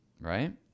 right